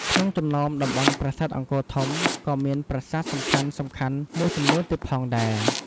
ក្នុងចំណោមតំបន់ប្រាសាទអង្គរធំក៏មាន ប្រាសាទសំខានៗមួយចំនួនទៀតផងដែរ។